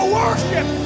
worship